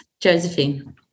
Josephine